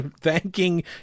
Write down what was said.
thanking